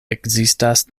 ekzistas